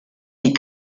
die